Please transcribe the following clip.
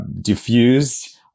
diffused